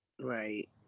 Right